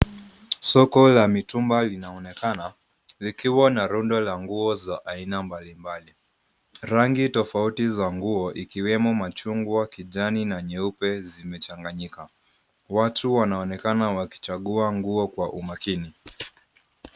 Soko la mitumba linaonekana likiwa na rundo la nguo za aina mbalimbali. Rangi tofauti za nguo ikiwemo machungwa, kijani na nyeupe zimechanganyika. Watu wanaonekana wakichagua nguo kwa umakini.